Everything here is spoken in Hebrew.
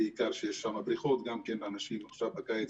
בעיקר כי יש שם בריכות ואנשים בקיץ